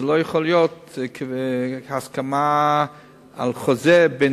לא יכול להיות שבהסכמה על חוזה בין